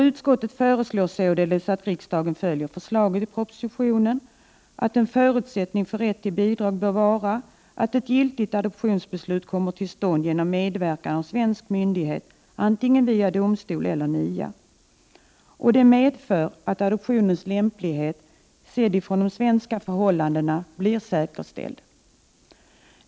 Utskottet föreslår således att riksdagen följer förslaget i propositionen att en förutsättning för rätt till bidrag bör vara att ett giltigt adoptionsbeslut kommer till stånd genom medverkan av svensk myndighet, antingen via domstol eller NIA. Detta medför att adoptionens lämplighet, sedd ur svensk synvinkel blir säkerställd.